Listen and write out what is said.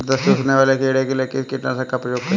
रस चूसने वाले कीड़े के लिए किस कीटनाशक का प्रयोग करें?